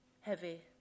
heavy